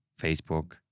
Facebook